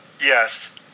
Yes